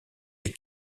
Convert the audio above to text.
les